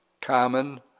common